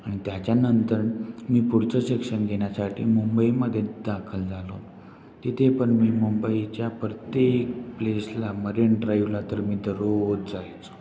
आणि त्याच्यानंतर मी पुढचं शिक्षण घेण्यासाठी मुंबईमध्ये दाखल झालो तिथे पण मी मुंबईच्या प्रत्येक प्लेसला मरिन ड्राइव्हला तर मी दररोज जायचो